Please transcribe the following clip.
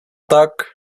tak